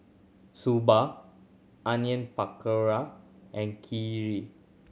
Soba Onion Pakora and Kheer